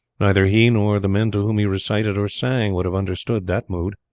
neither he nor the men to whom he recited or sang would have understood that mood.